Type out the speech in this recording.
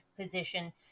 position